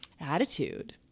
attitude